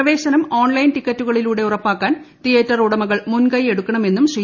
പ്രവേശനം ഓൺലൈൻ ടിക്കറ്റുകളിലൂടെ ഉറപ്പാക്കാൻ തിയേറ്റർ ഉടമകൾ മുൻകൈ എടുക്കണമെന്നും ശ്രീ